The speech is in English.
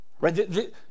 right